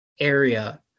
area